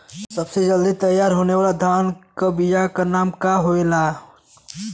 सबसे जल्दी तैयार होने वाला धान के बिया का का नाम होखेला?